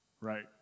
Right